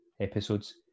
episodes